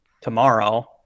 tomorrow